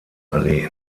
allee